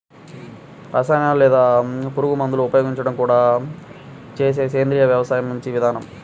రసాయనాలు లేదా పురుగుమందులు ఉపయోగించకుండా చేసే సేంద్రియ వ్యవసాయం మంచి విధానం